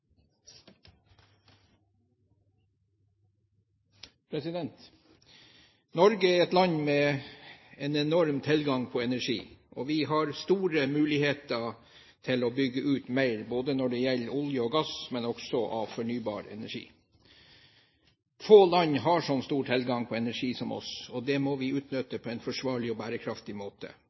oss. Norge er et land med en enorm tilgang på energi, og vi har store muligheter til å bygge ut mer når det gjelder olje og gass, men også av fornybar energi. Få land har så stor tilgang på energi som oss, og det må vi utnytte på en forsvarlig og bærekraftig måte.